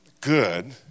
good